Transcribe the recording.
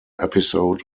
episode